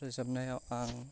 रोजाबनायाव आं